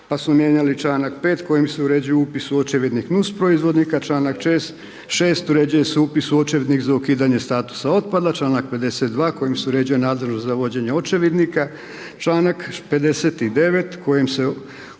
pa samo mijenjali članak 5. kojim se uređuje upis u očevidnik nusproizvodnika, članak 6. uređuje se upis u očevidnik za ukidanje statusa otpada, članak 52. kojim se uređuje nadzor za vođenje očevidnika, članka 59. kojima se odredbe